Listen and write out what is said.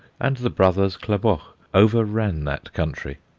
and the brothers klaboch overran that country.